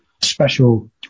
special